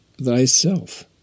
thyself